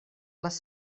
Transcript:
les